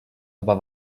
aber